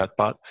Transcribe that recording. chatbot